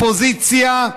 אופוזיציה,